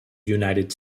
united